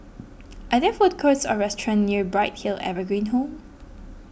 are there food courts or restaurants near Bright Hill Evergreen Home